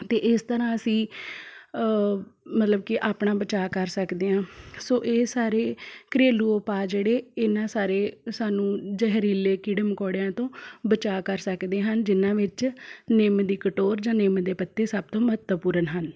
ਅਤੇ ਇਸ ਤਰ੍ਹਾਂ ਅਸੀਂ ਮਤਲਬ ਕਿ ਆਪਣਾ ਬਚਾ ਕਰ ਸਕਦੇ ਹਾਂ ਸੋ ਇਹ ਸਾਰੇ ਘਰੇਲੂ ਉਪਾਅ ਜਿਹੜੇ ਇਹਨਾਂ ਸਾਰੇ ਸਾਨੂੰ ਜ਼ਹਿਰੀਲੇ ਕੀੜੇ ਮਕੌੜਿਆਂ ਤੋਂ ਬਚਾਅ ਕਰ ਸਕਦੇ ਹਨ ਜਿਨ੍ਹਾਂ ਵਿੱਚ ਨਿੰਮ ਦੀ ਕਟੋਰ ਜਾਂ ਨਿੰਮ ਦੇ ਪੱਤੇ ਸਭ ਤੋਂ ਮਹੱਤਵਪੂਰਨ ਹਨ